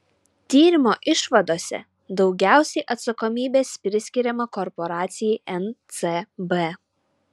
tyrimo išvadose daugiausiai atsakomybės priskiriama korporacijai ncb